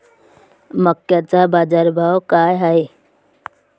मक्याचा बाजारभाव काय हाय?